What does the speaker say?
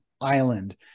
island